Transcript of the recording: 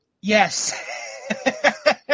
Yes